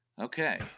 Okay